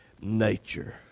nature